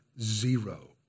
Zero